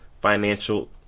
financial